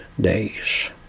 days